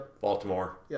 Baltimore